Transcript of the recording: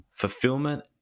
fulfillment